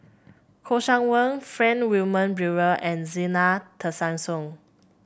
Kouo Shang Wei Frank Wilmin Brewer and Zena Tessensohn